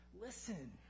Listen